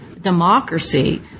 democracy